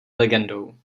legendou